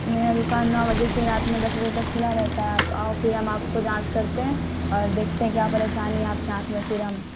میرا دوکان نو بجے سے رات میں دس بجے تک کھلا رہتا ہے آپ آؤ پھر ہم آپ کو جانچ کرتے ہیں اور دیکھتے ہیں کیا پریشانی ہے آپ کے آنکھ میں پھر ہم